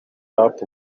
rap